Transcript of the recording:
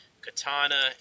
Katana